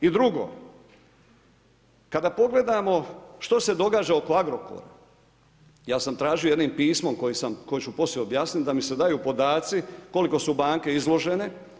I drugo, kada pogledamo što se događa oko Agrokora, ja sam tražio jednim pismom koje ću poslije objasniti, da mi se daju podaci koliko su banke izložene.